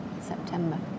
September